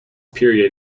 period